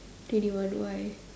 twenty one why